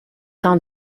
tant